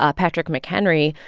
ah patrick mchenry,